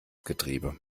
getriebe